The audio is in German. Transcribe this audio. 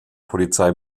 polizei